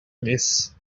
miss